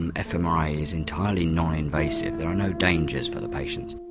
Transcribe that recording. and fmri is entirely non-invasive, there are no dangers for the patients.